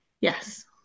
Yes